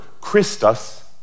Christus